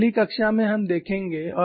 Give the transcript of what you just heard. और अगली कक्षा में हम देखेंगे